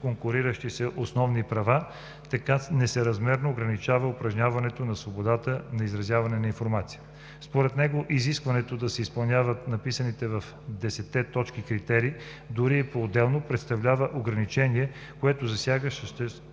конкуриращи се основни права, като несъразмерно ограничава упражняването на свободата на изразяване и информация. Според него изискването да се изпълняват написаните в 10-те точки критерии дори и поотделно представлява ограничение, което засяга